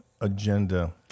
agenda